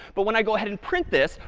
but when i go ahead and print this,